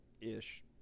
ish